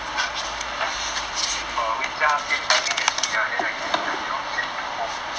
book book err 回家 same timing as me ya then I can like you know send you home